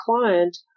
client